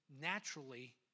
naturally